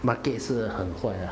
market 是很坏啊